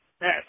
Yes